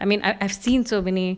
I mean I I've seen so many